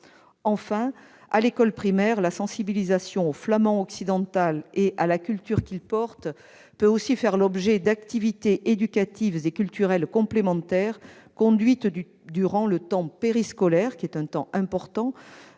Enfin, à l'école primaire, la sensibilisation au flamand occidental et à la culture qu'il porte peut aussi faire l'objet d'activités éducatives et culturelles complémentaires conduites durant le temps périscolaire- temps important